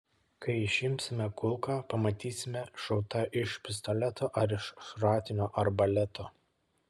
kai išimsime kulką pamatysime šauta iš pistoleto ar iš šratinio arbaleto